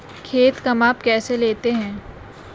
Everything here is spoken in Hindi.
खेत का माप कैसे लेते हैं?